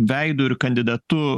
veidu ir kandidatu